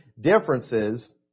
differences